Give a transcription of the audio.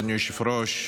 אדוני היושב-ראש,